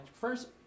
first